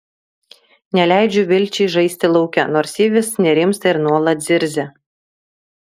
neleidžiu vilčiai žaisti lauke nors ji vis nerimsta ir nuolat zirzia